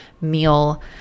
meal